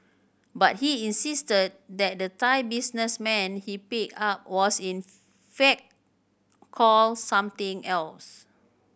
but he insisted that the Thai businessman he picked up was in fact called something else